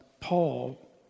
Paul